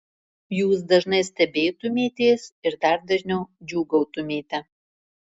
jūs dažnai stebėtumėtės ir dar dažniau džiūgautumėte